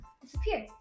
disappeared